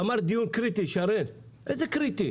שרן, אמרת דיון קריטי, איזה קריטי?